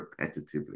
repetitively